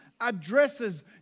addresses